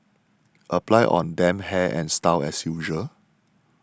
apply on damp hair and style as usual